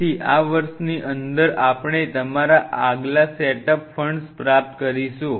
તેથી આ વર્ષની અંદર આપ ણે તમારા આગલા સેટઅપ ફંડ્સ પ્રાપ્ત કરીશું